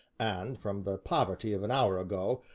and, from the poverty of an hour ago,